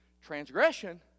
Transgression